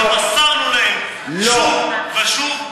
שמסרנו להם שוב ושוב,